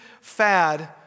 fad